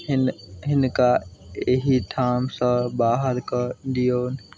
हिन हिनका एहिठामसँ बाहर कऽ दिऔन